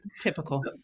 Typical